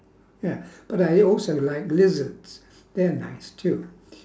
ya but I also like lizards they're nice too